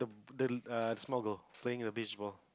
the the err small girl playing a beach ball